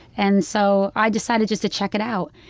and so i decided just to check it out.